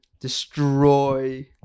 destroy